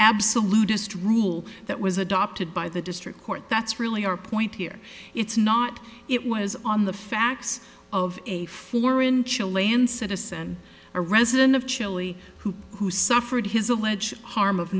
absolute just rule that was adopted by the district court that's really our point here it's not it was on the facts of a four inch elaine citizen a resident of chile who who suffered his alleged harm of